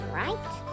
right